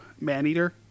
Maneater